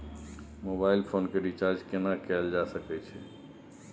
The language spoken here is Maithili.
मोबाइल फोन के रिचार्ज केना कैल जा सकै छै?